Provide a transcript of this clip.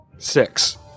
Six